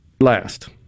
last